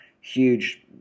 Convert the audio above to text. huge